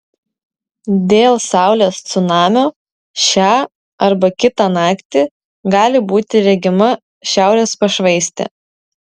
dėl saulės cunamio šią arba kitą naktį gali būti regima šiaurės pašvaistė